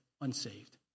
unsaved